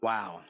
Wow